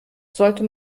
sollte